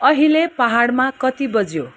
अहिले पाहाडमा कति बज्यो